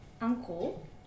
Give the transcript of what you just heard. uncle